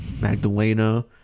Magdalena